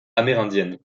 amérindienne